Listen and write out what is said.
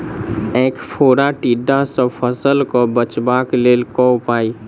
ऐंख फोड़ा टिड्डा सँ फसल केँ बचेबाक लेल केँ उपाय?